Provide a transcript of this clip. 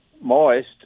moist